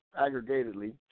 aggregatedly